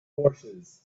forces